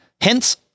Hence